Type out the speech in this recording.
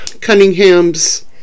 Cunningham's